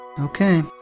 Okay